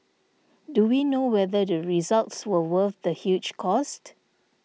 do we know whether the results were worth the huge cost